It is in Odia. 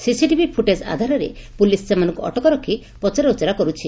ସିସିଟିଭି ଫୁଟେକ୍ ଆଧାରରେ ପୁଲିସ୍ ସେମାନଙ୍କୁ ଅଟକ ରଖ୍ ପଚରା ଉଚରା କରୁଛି